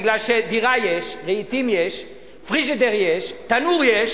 בגלל שדירה יש, רהיטים יש, פריג'ידר יש, תנור יש.